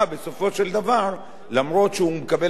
למרות שהוא מקבל הכרעה לגבי